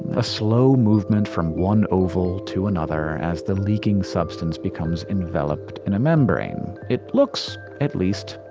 a slow movement from one oval to another as the leaking substance becomes enveloped in a membrane. it looks, at least,